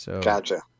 Gotcha